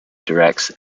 directs